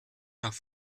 nach